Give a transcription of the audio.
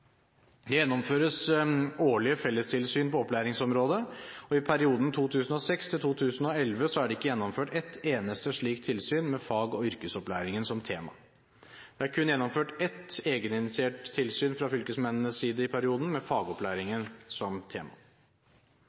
Det gjennomføres årlige fellestilsyn på opplæringsområdet, og i perioden 2006–2011 er det ikke gjennomført et eneste slikt tilsyn med fag- og yrkesopplæringen som tema. Det er kun gjennomført ett egeninitiert tilsyn fra fylkesmennenes side i perioden, med fagopplæringen som tema.